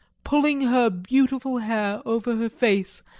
pulling her beautiful hair over her face,